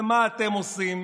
ומה אתם עושים?